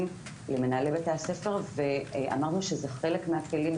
למנהלי בתי הספר ואמרנו שזה חלק מהכלים,